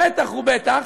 בטח ובטח,